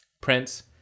Prince